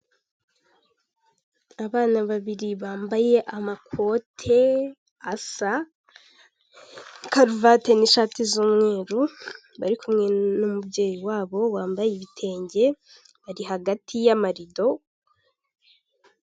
Abana babiri bambaye amakote asa, karuvati n'ishati z'umweru, bari kumwe n'umubyeyi wabo wambaye ibitenge bari hagati y'amarido